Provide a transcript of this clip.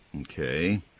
Okay